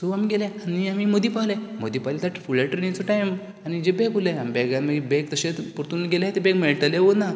थंय आमी गेले आनी आमी मदीं पावले मदीं पावले तें फुडले ट्रेनिचो टायम आनी जिपेक उरले आमी बेग्यान मागीर बॅग तशेंच परतून गेले तें बॅग मेळटलें ओ ना